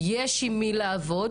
כיושבת-ראש הוועדה.